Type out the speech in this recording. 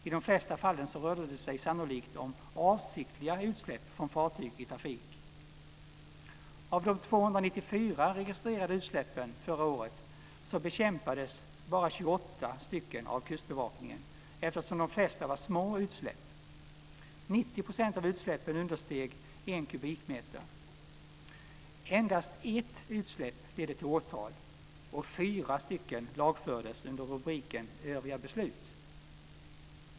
I de flesta fallen rörde det sig sannolikt om avsiktliga utsläpp från fartyg i trafik. Av de 294 registrerade utsläppen förra året bekämpades bara 28 stycken av Kustbevakningen. De flesta utsläppen var små utsläpp. 90 % av utsläppen understeg en kubikmeter. Endast ett utsläpp ledde till åtal, och fyra stycken lagfördes under rubriken "Övriga beslut".